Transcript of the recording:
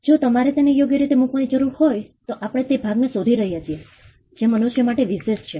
જો તમારે તેને યોગ્ય રીતે મુકવાની જરૂર હોય તો આપણે તે ભાગને શોધી રહ્યા છીએ જે મનુષ્ય માટે વિશેષ છે